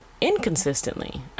inconsistently